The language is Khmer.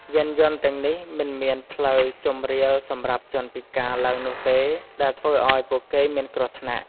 យានយន្តទាំងនេះ មិនមានផ្លូវជម្រាលសម្រាប់ជនពិការឡើងនោះទេ ដែលធ្វើឱ្យពួកគេមានគ្រោះថ្នាក់។